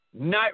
night